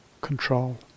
control